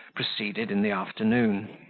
proceeded in the afternoon.